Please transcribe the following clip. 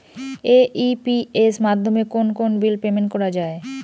AEPS মাধ্যমে কোন কোন বিল পেমেন্ট করা যায়?